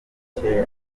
cye